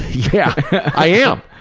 yeah, i am!